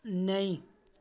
नेईं